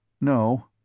No